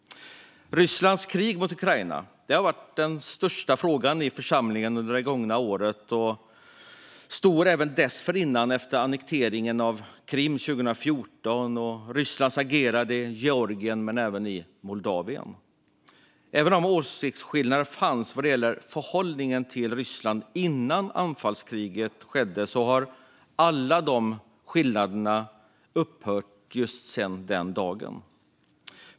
Rysslands krig mot Ukraina har varit den största frågan i församlingen under det gångna året. Den var stor även dessförinnan, med annekteringen av Krim 2014 och Rysslands agerande i Georgien och Moldavien. Även om åsiktsskillnader när det gällde förhållningen till Ryssland fanns innan anfallskriget inleddes har alla sådana åtskillnader upphört sedan den dagen.